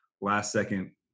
last-second